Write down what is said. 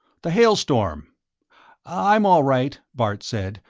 the hailstorm i'm all right, bart said,